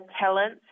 talent